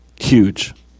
Huge